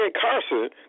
Carson